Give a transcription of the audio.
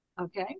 Okay